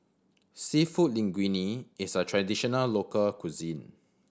Seafood Linguine is a traditional local cuisine